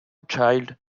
child